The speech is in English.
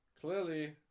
Clearly